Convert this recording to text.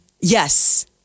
Yes